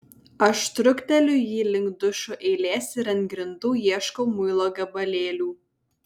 aš trukteliu jį link dušų eilės ir ant grindų ieškau muilo gabalėlių